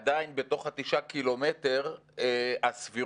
עדיין בתוך התשעה קילומטר, הסבירות